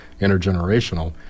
intergenerational